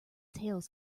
tales